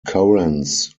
currents